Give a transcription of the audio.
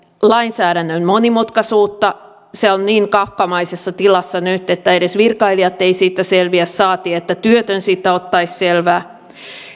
lainsäädännön monimutkaisuutta se on niin kafkamaisessa tilassa nyt että edes virkailijat eivät siitä selviä saati että työtön siitä ottaisi selvää